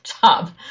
job